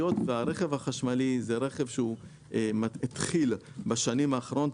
היות והרכב החשמלי הוא רכב שהתחיל בשנים האחרונות,